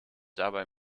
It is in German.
dabei